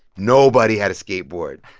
nobody had a skateboard.